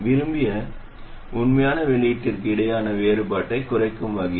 விரும்பிய மற்றும் உண்மையான வெளியீட்டிற்கு இடையிலான வேறுபாட்டைக் குறைக்கும் வகையில்